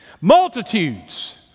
Multitudes